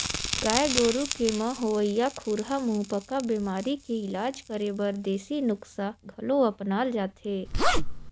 गाय गोरु के म होवइया खुरहा मुहंपका बेमारी के इलाज करे बर देसी नुक्सा घलो अपनाल जाथे